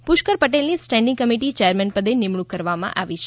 પુષ્કર પટેલની standing committee chairman પદે નિમણૂક કરવામાં આવી છે